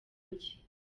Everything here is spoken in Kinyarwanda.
nshya